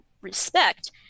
respect